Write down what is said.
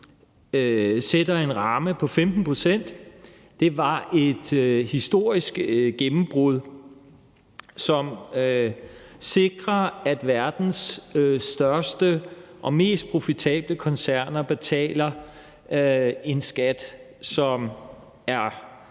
sætter en ramme på 15 pct. Det er et historisk gennembrud, som sikrer, at verdens største og mest profitable koncerner ligesom